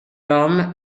rom